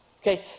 Okay